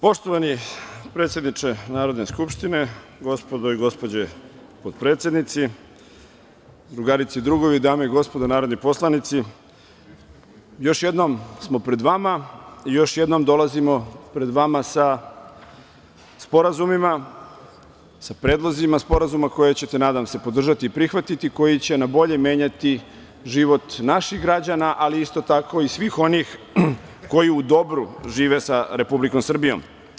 Poštovani predsedniče Narodne skupštine, gospodo i gospođe potpredsednici, drugarice i drugovi, dame i gospodo narodni poslanici, još jednom smo pred vama i još jednom dolazimo pred vas sa sporazumima, sa predlozima sporazuma koje ćete, nadam se, podržati i prihvatiti, a koji će na bolje menjati život naših građana, ali isto tako i svih onih koji u dobru žive sa Republikom Srbijom.